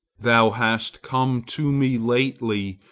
thou hast come to me lately,